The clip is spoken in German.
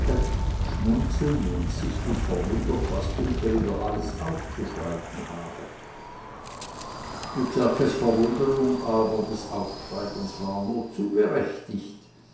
schmunzelnd und sichtlich verwundert was uncke wieder alles aufzuschreiben habe pyterkes verwunderung über das aufschreiben war nur zu berechtigt